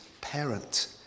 parent